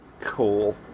cool